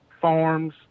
farms